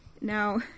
now